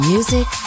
Music